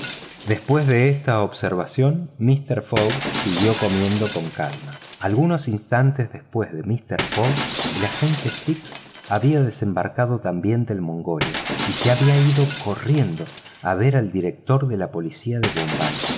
después de esta observación mister fogg siguió comiendo con calma algunos instantes después de mister fogg el agente fix había desembarcado también del mongolia y se había ido corriendo a ver al director de la policía de bombay